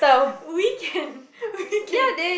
we can we can